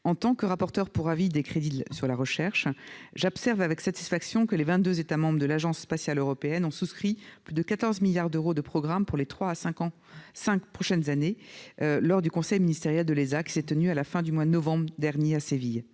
de la culture pour les crédits de la recherche, j'observe avec satisfaction que les vingt-deux États membres de l'Agence spatiale européenne ont souscrit plus de 14 milliards d'euros de programmes pour les trois à cinq prochaines années lors du conseil ministériel de l'ESA qui s'est tenu à la fin du mois de novembre dernier à Séville.